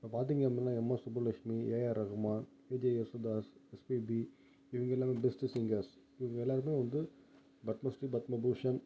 இப்போ பார்த்திங்க அப்படினா MS Subbulakshmi AR Rahman KJ Yesudas SPB இவங்க எல்லாமே பெஸ்ட்டு சிங்கர்ஸ் இவங்க எல்லாருமே வந்து பத்மஸ்ரீ பத்மபூஷன்